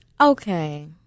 Okay